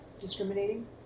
discriminating